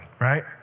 right